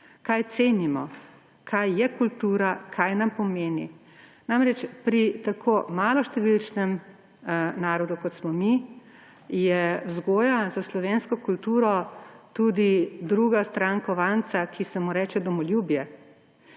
kaj cenimo, kaj je kultura, kaj nam pomeni. Namreč, pri tako maloštevilčnem narodu, kot smo mi, je vzgoja za slovensko kulturo tudi druga stran kovanca, ki se mu reče domoljubje.